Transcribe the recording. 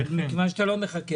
מכיוון שאתה לא מחכה,